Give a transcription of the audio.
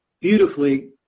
beautifully